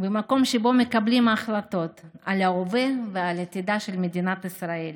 במקום שבו מקבלים החלטות על ההווה ועל העתיד של מדינת ישראל.